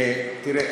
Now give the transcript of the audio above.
תראה,